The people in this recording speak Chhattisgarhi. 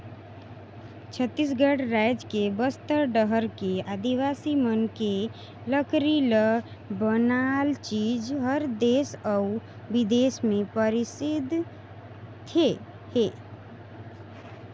छत्तीसगढ़ रायज के बस्तर डहर के आदिवासी मन के लकरी ले बनाल चीज हर देस अउ बिदेस में परसिद्ध हे